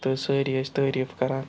تہٕ سٲری ٲسۍ تٲریٖف کَران